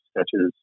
sketches